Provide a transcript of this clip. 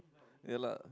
ya lah